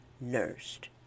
nursed